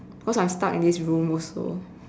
cause I'm stuck in this room also